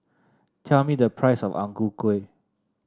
tell me the price of Ang Ku Kueh